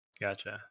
Gotcha